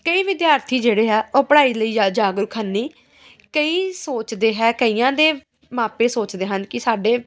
ਕਈ ਵਿਦਿਆਰਥੀ ਜਿਹੜੇ ਹੈ ਉਹ ਪੜ੍ਹਾਈ ਲਈ ਜਾ ਜਾਗਰੂਕ ਹੈ ਨਹੀਂ ਕਈ ਸੋਚਦੇ ਹੈ ਕਈਆਂ ਦੇ ਮਾਪੇ ਸੋਚਦੇ ਹਨ ਕਿ ਸਾਡੇ